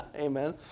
Amen